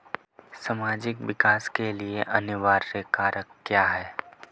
सामाजिक विकास के लिए अनिवार्य कारक क्या है?